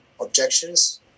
objections